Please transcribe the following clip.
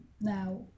Now